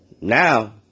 Now